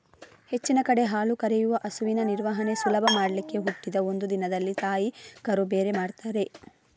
ಹೆಚ್ಚಿನ ಕಡೆ ಹಾಲು ಕರೆಯುವ ಹಸುವಿನ ನಿರ್ವಹಣೆ ಸುಲಭ ಮಾಡ್ಲಿಕ್ಕೆ ಹುಟ್ಟಿದ ಒಂದು ದಿನದಲ್ಲಿ ತಾಯಿ ಕರು ಬೇರೆ ಮಾಡ್ತಾರೆ